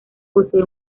posee